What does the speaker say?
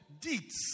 deeds